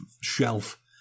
shelf